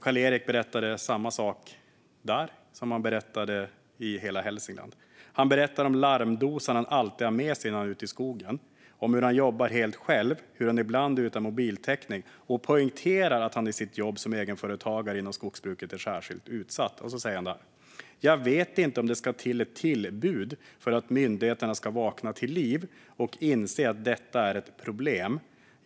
Karl-Erik berättade samma sak där som han berättade i Hela Hälsingland. Han berättar om den larmdosa han alltid har med sig när han är ute i skogen, om hur han jobbar helt själv och om hur han ibland är utan mobiltäckning. Han poängterar att han i sitt jobb som egenföretagare inom skogsbruket är särskilt utsatt, och sedan säger han: "Jag vet inte om det ska till ett tillbud för att myndigheterna ska vakna till liv och inse att detta är ett problem.